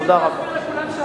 תודה רבה.